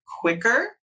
quicker